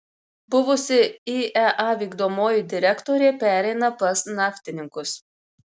buvusi iea vykdomoji direktorė pereina pas naftininkus